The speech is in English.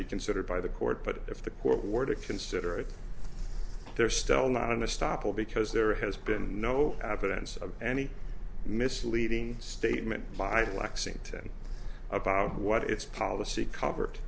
be considered by the court but if the court were to consider it they're still not going to stop will because there has been no evidence of any misleading statement by lexington about what its policy covered